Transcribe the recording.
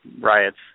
riots